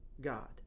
God